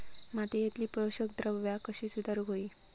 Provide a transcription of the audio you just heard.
मातीयेतली पोषकद्रव्या कशी सुधारुक होई?